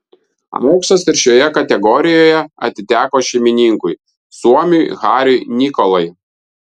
auksas ir šioje kategorijoje atiteko šeimininkui suomiui hariui nikolai